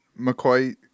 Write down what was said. McCoy